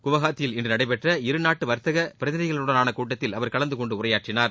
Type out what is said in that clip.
குவஹாத்தியில் இன்று நடைபெற்ற இருநாட்டு வர்த்தக பிரதிநிதிகளுடனான கூட்டத்தில் அவர் கலந்து கொண்டு உரையாற்றினார்